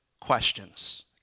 questions